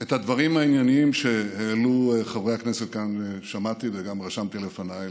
את הדברים הענייניים שהעלו חבר הכנסת כאן שמעתי וגם רשמתי לפניי,